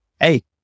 hey